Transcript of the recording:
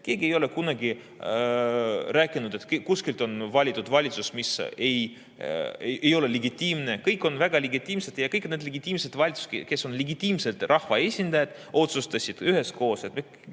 Keegi ei ole kunagi rääkinud, et kusagil on valitud valitsus, mis ei ole legitiimne. Kõik on väga legitiimne. Ja kõik need legitiimsed valitsused, kes on legitiimsed rahva esindajad, otsustasid üheskoos, et